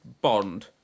Bond